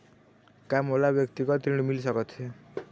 का मोला व्यक्तिगत ऋण मिल सकत हे?